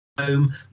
home